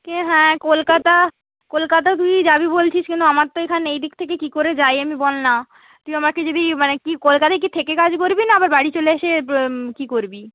সে হ্যাঁ কলকাতা কলকাতা তুই যাবি বলছিস কিন্তু আমার তো এইখান এইদিক থেকে কী করে যাই আমি বল না তুই আমাকে যদি মানে কি কলকাতায় কি থেকে কাজ করবি না আবার বাড়ি চলে এসে কি করবি